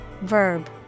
verb